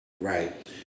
Right